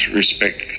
respect